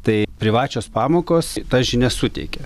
tai privačios pamokos tas žinias suteikė